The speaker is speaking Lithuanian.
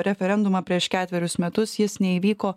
referendumą prieš ketverius metus jis neįvyko